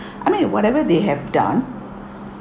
I mean whatever they have done